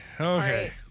Okay